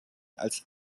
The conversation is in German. als